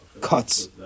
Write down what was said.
cuts